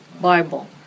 Bible